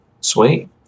Sweet